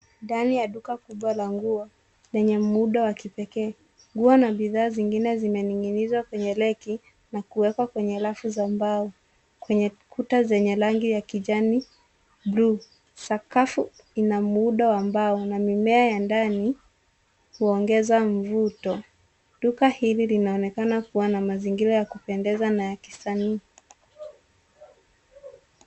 Ndani ya duka kubwa la nguo lenye muundo wa kipekee. Nguo na bidhaa zingine zimening'nizwa kwenye reki na kuekwa kwenye rafu za mbao kwenye kuta zenye rangi ya kijani buluu. Sakafu ina muundo wa mbao na mimea ya ndani huongeza mvuto. Duka hili linaonekana kuwa na mazingira ya kupendeza na ya kisanifu.